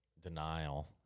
denial